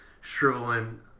shriveling